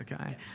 okay